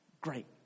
great